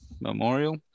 memorial